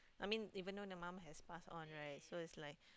I mean even though the mom has passed on right so is like